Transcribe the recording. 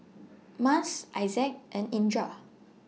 Mas Izzat and Indra